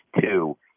two